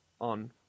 on